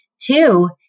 two